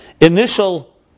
initial